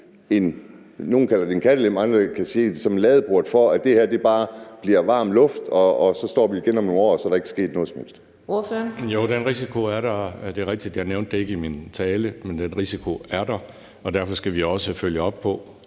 nogle kalder det, mens andre kan se det som en ladeport, til, at det her bare bliver varm luft, og at vi så står der igen om nogle år, og så er der ikke sket noget som